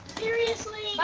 seriously!